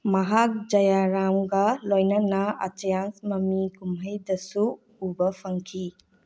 ꯃꯍꯥꯛ ꯖꯌꯥꯔꯥꯝꯒ ꯂꯣꯏꯅꯅ ꯑꯆꯥꯌꯟꯁ ꯃꯃꯤ ꯀꯨꯝꯍꯩꯗꯁꯨ ꯎꯕ ꯐꯪꯈꯤ